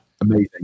amazing